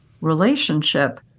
relationship